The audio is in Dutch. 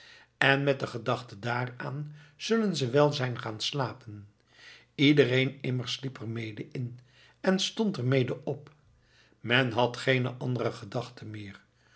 en met de gedachte daaraan zullen ze wel zijn gaan slapen iedereen immers sliep er mede in en stond er mede op men had geene andere gedachte meer